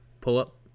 pull-up